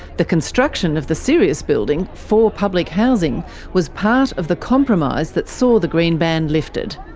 the construction of the sirius building for public housing was part of the compromise that saw the green ban lifted.